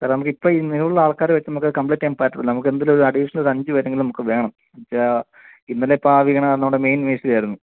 sir നമുക്ക് ഇപ്പോൾ ഈ നിലവിലുള്ള ആൾക്കാരെ വെച്ച് നമുക്ക് അത് കംപ്ലീറ്റ് ചെയ്യാൻ പറ്റില്ല നമുക്ക് എന്തായാലും അഡീഷണൽ ഒരു അഞ്ച് പേർ എങ്കിലും നമുക്ക് വേണം എന്നു വെച്ചാൽ ഇന്നലെ ഇപ്പോൾ ആ വീണത് നമ്മുടെ മെയിൻ മേസ്തിരി ആയിരുന്നു